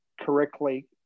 correctly